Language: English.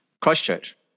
Christchurch